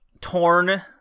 torn